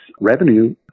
revenue